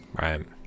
Right